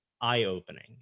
eye-opening